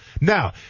Now